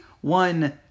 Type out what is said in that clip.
one